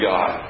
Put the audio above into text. God